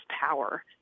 power